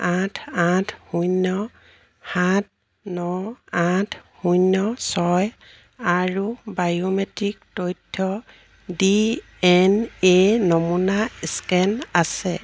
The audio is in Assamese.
আঠ আঠ শূন্য সাত ন আঠ শূন্য ছয় আৰু বায়োমেট্ৰিক তথ্য ডি এন এ নমুনা স্কেন আছে